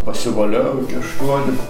pasivoliojau iki aštuonių